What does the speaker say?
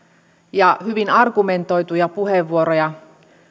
ja hyvin argumentoituja puheenvuoroja